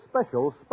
special